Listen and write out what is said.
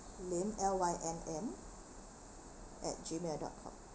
lynn L Y N N at G mail dot com